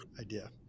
idea